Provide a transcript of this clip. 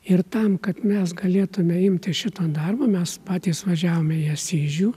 ir tam kad mes galėtume imti šitą darbą mes patys važiavome į asyžių